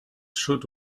should